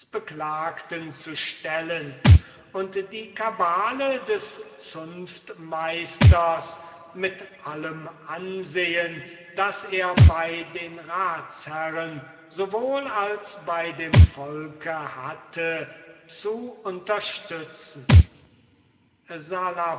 beklagten zu stellen und die kabale des zunftmeisters mit allem ansehen das er bei den ratsherren sowohl als bei dem volk hatte zu unterstützen